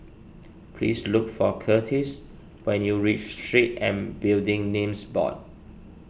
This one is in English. please look for Curtiss when you reach Street and Building Names Board